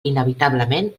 inevitablement